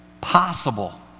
possible